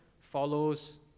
follows